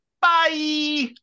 Bye